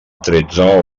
tretze